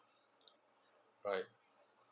alright